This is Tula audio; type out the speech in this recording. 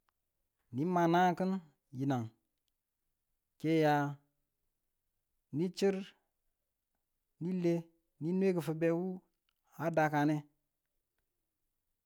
Ni ma nanang kin, yinang ke niya ni chir, le ni nwe kifibe wu a dakane.